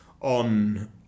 on